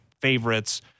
favorites